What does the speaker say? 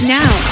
now